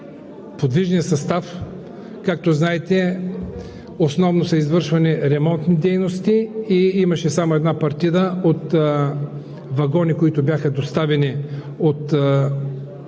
подвижния състав, както знаете, основно са извършвани ремонтни дейности и имаше само една партида от вагони, които бяха доставени от